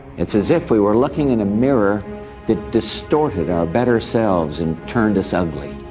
it's as if we were looking in a mirror that distorted our better selves and turned us ugly.